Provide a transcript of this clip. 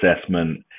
assessment